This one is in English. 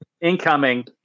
incoming